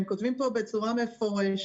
הם כותבים כאן בצורה מפורשת,